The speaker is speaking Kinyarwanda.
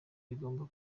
rigomba